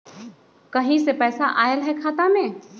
कहीं से पैसा आएल हैं खाता में?